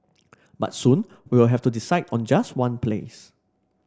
but soon we will have to decide on just one place